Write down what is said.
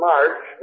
March